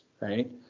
right